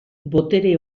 botere